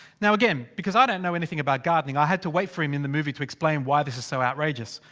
now again, because i don't know anything about gardening. i had to wait for him in the movie to explain why this is so outrageous!